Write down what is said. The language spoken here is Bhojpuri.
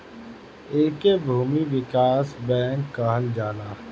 एके भूमि विकास बैंक कहल जाला